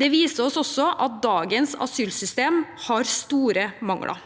Det viser oss også at dagens asylsystem har store mangler.